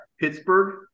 Pittsburgh